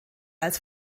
als